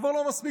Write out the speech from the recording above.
כבר לא מספיק,